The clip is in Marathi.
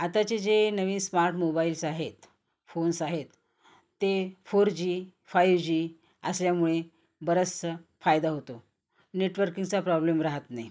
आताचे जे नवीन स्मार्ट मोबाईल्स आहेत फोन्स आहेत ते फोर जी फाईव जी असल्यामुळे बराचसा फायदा होतो नेटवर्किंगचा प्रॉब्लेम राहत नाही